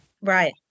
right